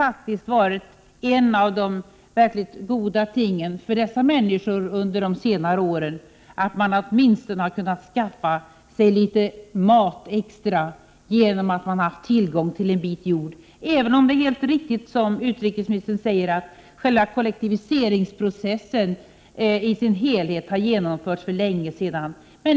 Ett av de goda tingen för dem under senare år har varit att de åtminstone kunnat skaffa sig litet extra mat genom att de haft tillgång till en bit jord, även om det är helt riktigt som utrikesministern säger att själva kollektiviseringsprocessen i sin helhet har genomförts för länge sedan.